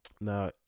Now